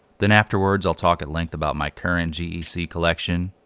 then afterwards i'll talk at length about my current gec collection,